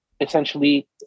Essentially